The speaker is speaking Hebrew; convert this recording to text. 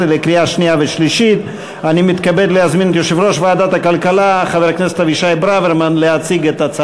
אני קובע כי מליאת הכנסת אישרה את הקמת